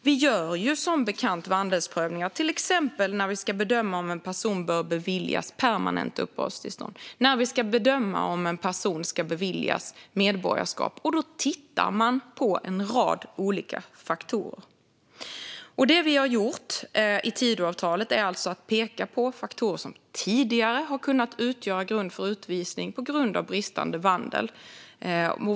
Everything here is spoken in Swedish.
Vi gör som bekant vandelsprövningar till exempel när vi ska bedöma om en person bör beviljas permanent uppehållstillstånd och när vi ska bedöma om en person ska beviljas medborgarskap. Då tittar vi på en rad olika faktorer. Det vi har gjort i Tidöavtalet är alltså att peka på faktorer som tidigare har kunnat utgöra grund för utvisning på grund av bristande vandel.